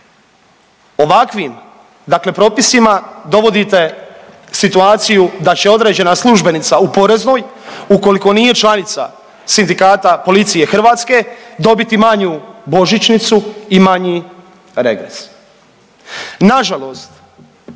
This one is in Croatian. Ovakvim dakle propisima dovodite situaciju da će određena službenica u Poreznoj ukoliko nije članica Sindikata policije Hrvatske dobiti manju božićnicu i manji regres. Na žalost